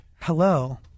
Hello